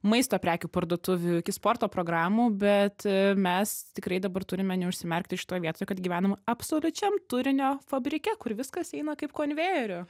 maisto prekių parduotuvių iki sporto programų bet mes tikrai dabar turime neužsimerkti šitoj vietoj kad gyvenam absoliučiam turinio fabrike kur viskas eina kaip konvejeriu